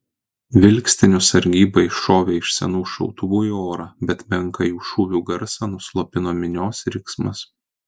vilkstinių sargyba iššovė iš senų šautuvų į orą bet menką jų šūvių garsą nuslopino minios riksmas